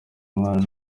umwana